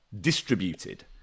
distributed